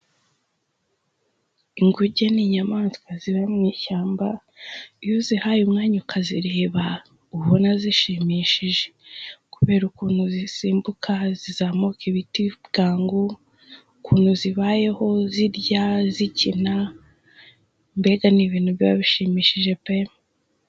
Inguge n'inyamaswa ziba mu ishyamba, iyo uzihaye umwanya ukazireba uba ubona zishimishije, kubera ukuntu zisimbuka, zizamuka ibiti bwangu, ukuntu zibayeho zirya zikina, mbega ni ibintu biba bishimishije pe!